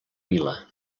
vila